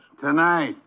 Tonight